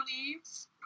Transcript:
leaves